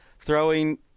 Throwing